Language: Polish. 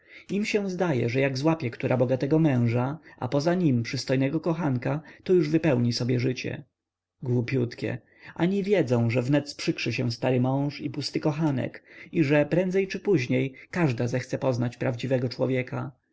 im się zdaje że jak złapie która bogatego męża a poza nim przystojnego kochanka to już wypełni sobie życie głupiutkie ani wiedzą że wnet sprzykrzy się stary mąż i pusty kochanek i że prędzej czy później każda zechce poznać prawdziwego człowieka